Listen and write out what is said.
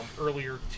earlier